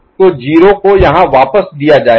तो 0 को यहां वापस दिया जाएगा